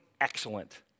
excellent